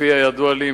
לפי הידוע לי,